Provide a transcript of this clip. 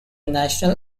national